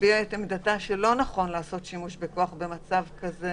הביעו את עמדתן שלא נכון לעשות שימוש בכוח במצב כזה